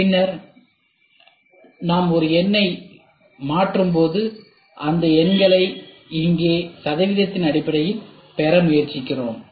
பின்னர் நாம் ஒரு எண்களை மாற்றும்போது இந்த எண்களை இங்கே சதவீதத்தின் அடிப்படையில் பெற முயற்சிக்கிறோம்